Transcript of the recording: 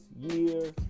year